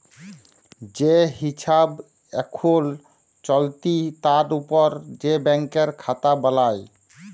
যে হিছাব এখুল চলতি তার উপর যে ব্যাংকের খাতা বালাই